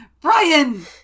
Brian